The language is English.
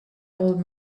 old